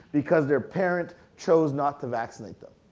because their parent chose not to vaccinate them.